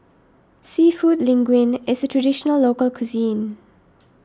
Seafood Linguine is a Traditional Local Cuisine